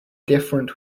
different